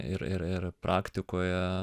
ir ir ir praktikoje